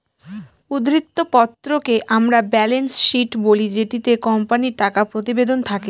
উদ্ধৃত্ত পত্রকে আমরা ব্যালেন্স শীট বলি যেটিতে কোম্পানির টাকা প্রতিবেদন থাকে